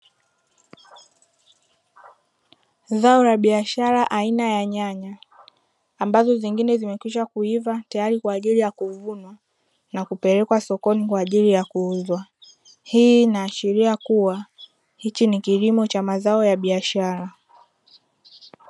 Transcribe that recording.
Zao la biashara aina ya nyanya ambazo zingine zimekwisha kuiva tayari kwa ajili ya kuvunwa na kupelekwa sokoni kwa ajili ya kuuzwa, hii inaashiria kuwa hichi ni kilimo cha mazao ya biashara.